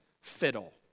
fiddle